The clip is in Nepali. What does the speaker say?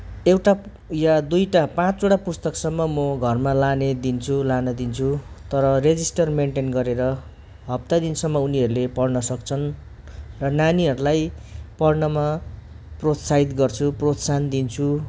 एउटा या दुईटा पाँचवटा पुस्तकसम्म म घरमा लाने दिन्छु लान दिन्छु तर रेजिस्टर मेनटेन गरेर हप्ता दिनसम्म उनीहरूले पढ्न सक्छन् र नानीहरूलाई पढ्नमा प्रोत्साहित गर्छु प्रोत्साहन दिन्छु